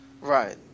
Right